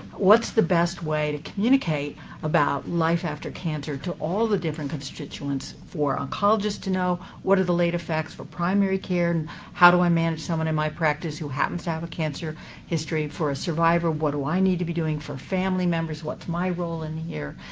what's the best way to communicate about life after cancer to all the different constituents for oncologists to know? what are the late effects for primary care? and how do i manage someone in my practice who happens to have a cancer history? for a survivor, what do i need to be doing? for family members, what's my role in here?